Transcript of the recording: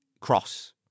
cross